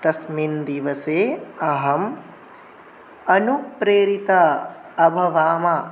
तस्मिन् दिवसे अहम् अनुप्रेरितः अभवम्